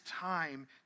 time